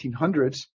1800s